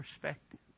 Perspective